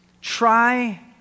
Try